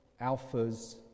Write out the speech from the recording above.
Alphas